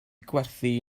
gwerthu